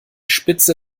spitze